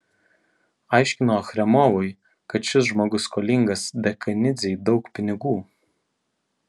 aiškino achremovui kad šis žmogus skolingas dekanidzei daug pinigų